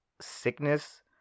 sickness